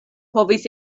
povis